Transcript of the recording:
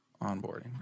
Onboarding